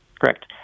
Correct